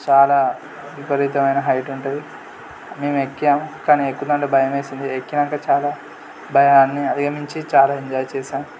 చాలా విపరీతమైన హైట్ ఉంటుంది మేము ఎక్కాము కానీ ఎక్కుతుంటే భయం వేసింది ఎక్కినాక చాలా భయాన్ని అధిగమించి చాలా ఎంజాయ్ చేశాం